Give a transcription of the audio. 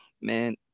man